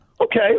Okay